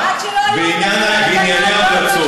עד שלא היו, לא, זה אותו דבר.